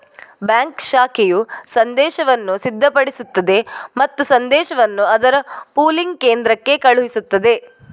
bank ಶಾಖೆಯು ಸಂದೇಶವನ್ನು ಸಿದ್ಧಪಡಿಸುತ್ತದೆ ಮತ್ತು ಸಂದೇಶವನ್ನು ಅದರ ಪೂಲಿಂಗ್ ಕೇಂದ್ರಕ್ಕೆ ಕಳುಹಿಸುತ್ತದೆ